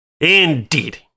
Indeed